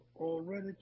already